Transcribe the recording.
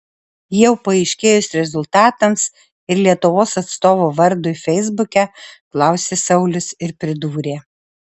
jau paaiškėjus rezultatams ir lietuvos atstovo vardui feisbuke klausė saulius ir pridūrė